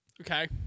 okay